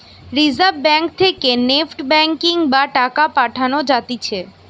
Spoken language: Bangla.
রিজার্ভ ব্যাঙ্ক থেকে নেফট ব্যাঙ্কিং বা টাকা পাঠান যাতিছে